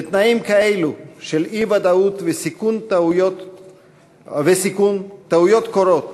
בתנאים כאלו של אי-ודאות וסיכון, טעויות קורות